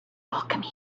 alchemy